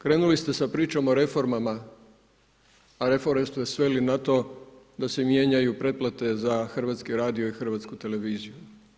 Krenuli ste sa pričom o reformama a reforme ste sveli na to da se mijenjaju pretplate za Hrvatski radio i Hrvatsku televiziju.